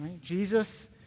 Jesus